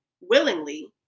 willingly